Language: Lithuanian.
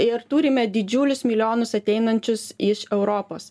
ir turime didžiulius milijonus ateinančius iš europos